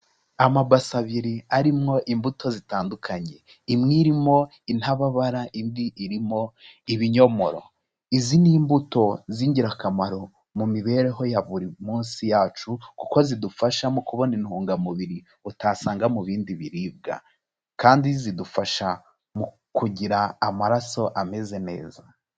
Amabasi abiri arimwo imbuto zitandukanye, imwe irimo intababara indi irimo ibinyomoro, izi ni imbuto z'ingirakamaro mu mibereho ya buri munsi yacu kuko zidufasha mu kubona intungamubiri utasanga mu bindi biribwa, kandi zidufasha mu kugira amaraso ameze neza.